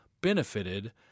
benefited